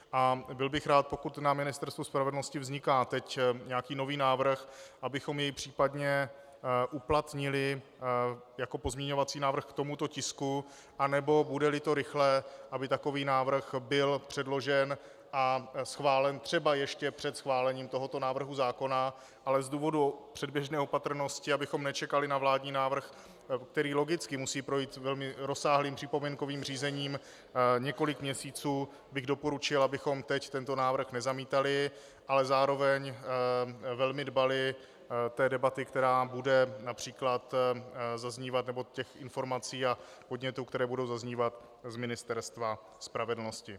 A byl bych rád, pokud na Ministerstvu spravedlnosti vzniká teď nějaký nový návrh, abychom jej případně uplatnili jako pozměňovací návrh k tomuto tisku, anebo budeli to rychle aby takový návrh byl předložen a schválen třeba ještě před schválením tohoto návrhu zákona, ale z důvodu předběžné opatrnosti, abychom nečekali na vládní návrh, který logicky musí projít velmi rozsáhlým připomínkovým řízením několik měsíců, bych doporučil, abychom teď tento návrh nezamítali, ale zároveň velmi dbali té debaty, která bude například zaznívat, nebo těch informací a podnětů, které budou zaznívat z Ministerstva spravedlnosti.